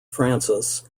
frances